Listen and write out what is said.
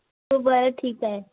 हो बर ठीकाय